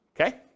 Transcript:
okay